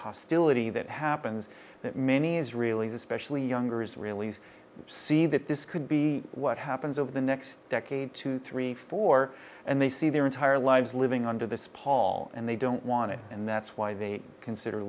hostility that happens that many is really especially younger israelis see that this could be what happens over the next decade two three four and they see their entire lives living under this paul and they don't want to and that's why they consider